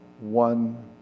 one